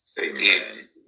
Amen